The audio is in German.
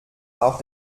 auch